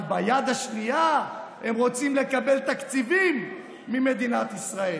אבל ביד השנייה הם רוצים לקבל תקציבים ממדינת ישראל.